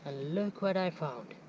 look what i found!